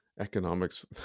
economics